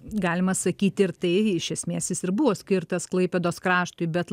galima sakyti ir tai iš esmės jis ir buvo skirtas klaipėdos kraštui bet